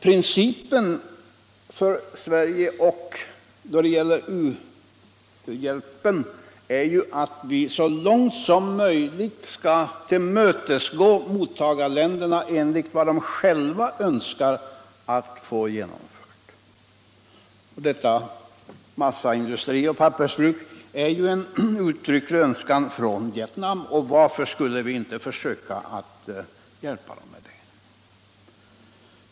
Principen för oss i Sverige då det gäller u-hjälpen är ju att vi så långt som möjligt skall tillmötesgå mottagarländerna med vad de själva önskar få genomfört. Massaindustri och pappersbruk är ju en uttrycklig önskan från Vietnam. Varför skulle vi då inte försöka hjälpa landet med det?